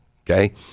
okay